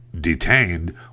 detained